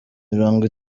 mirongo